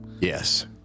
Yes